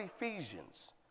Ephesians